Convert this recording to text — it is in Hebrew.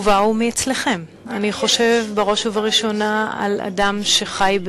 ובאו מכם: אני חושב בראש ובראשונה על אדם שחי עם